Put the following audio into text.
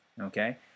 Okay